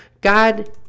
God